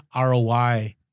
ROI